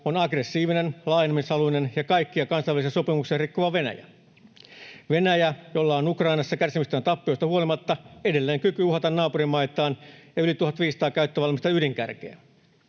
on aggressiivinen, laajenemishaluinen ja kaikkia kansainvälisiä sopimuksia rikkova Venäjä — Venäjä, jolla on Ukrainassa kärsimistään tappioista huolimatta edelleen kyky uhata naapurimaitaan ja jolla on yli 1 500 käyttövalmista ydinkärkeä.